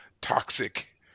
toxic